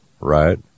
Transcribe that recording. Right